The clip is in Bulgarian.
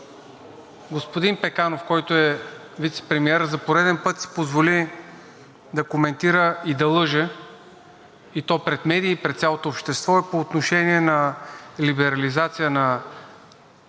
господин Пеканов, който е вицепремиер, за пореден път си позволи да коментира и да лъже, и то пред медии и пред цялото общество по отношение на либерализацията на